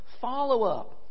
follow-up